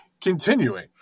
Continuing